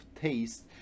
taste